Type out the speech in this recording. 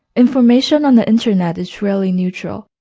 information on the internet is rarely neutral.